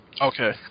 Okay